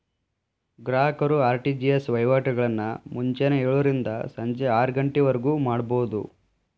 ಗ್ರಾಹಕರು ಆರ್.ಟಿ.ಜಿ.ಎಸ್ ವಹಿವಾಟಗಳನ್ನ ಮುಂಜಾನೆ ಯೋಳರಿಂದ ಸಂಜಿ ಆರಗಂಟಿವರ್ಗು ಮಾಡಬೋದು